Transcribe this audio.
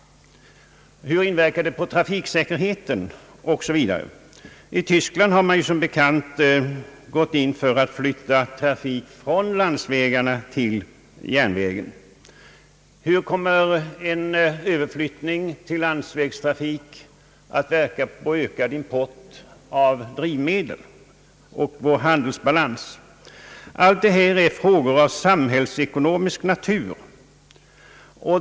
Hur inverkar det på trafiksäkerheten, osv.? I Tyskland har man som bekant gått in för att flytta trafik från landsvägarna till järnvägen. Hur kommer en överflyttning till landsvägstrafik att verka i fråga om ökad import av drivmedel och därmed på vår handelsbalans? Allt detta är frågor av samhällsekonomisk natur.